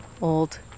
old